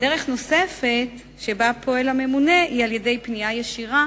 דרך נוספת שבה פועל הממונה היא על-ידי פנייה ישירה